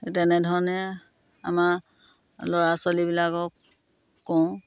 এই তেনেধৰণে আমাৰ ল'ৰা ছোৱালীবিলাকক কওঁ